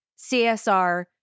CSR